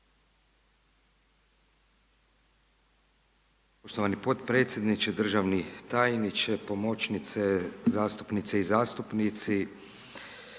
Poštovani potpredsjedniče, državni tajniče, pomoćnice, zastupnice i zastupnici.